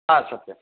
आ सत्यम्